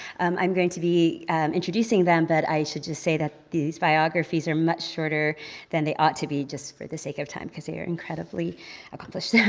i'm going to be introducing them, but i should just say that these biographies are much shorter than they ought to be, just for the sake of time, because they are incredibly accomplished. yeah